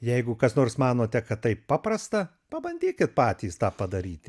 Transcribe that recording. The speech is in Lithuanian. jeigu kas nors manote kad tai paprasta pabandykit patys tą padaryti